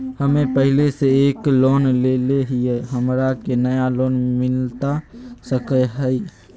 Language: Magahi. हमे पहले से एक लोन लेले हियई, हमरा के नया लोन मिलता सकले हई?